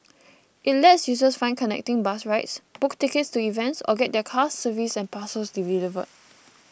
it lets users find connecting bus rides book tickets to events or get their cars serviced and parcels delivered